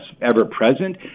ever-present